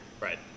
Right